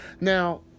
Now